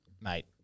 mate